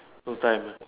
no time